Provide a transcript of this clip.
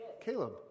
Caleb